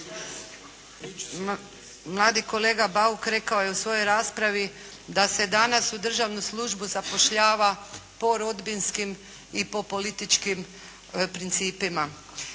Mladi kolega Bauk rekao je u svojoj raspravi da se danas u državnu službu zapošljava po rodbinskim i po političkim principima.